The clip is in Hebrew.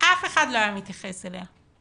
אף אחד לא היה מתייחס אליה.